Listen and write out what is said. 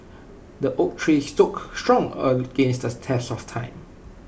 the oak tree stood strong against the test of time